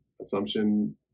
assumption